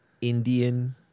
Indian